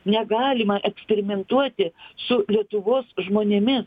negalima eksperimentuoti su lietuvos žmonėmis